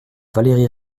valérie